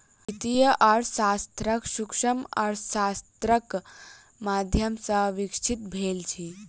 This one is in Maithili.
वित्तीय अर्थशास्त्र सूक्ष्म अर्थशास्त्रक माध्यम सॅ विकसित भेल अछि